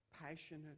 passionate